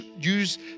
use